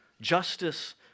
justice